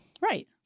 right